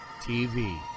tv